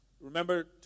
Remember